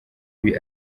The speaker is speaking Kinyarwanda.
ibi